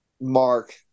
mark